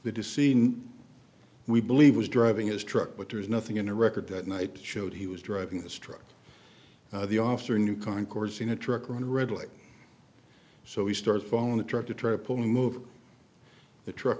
the decision we believe was driving his truck but there is nothing in the record that night showed he was driving the struggle the officer knew concourse in a truck run a red light so he starts falling the truck to try to pull move the truck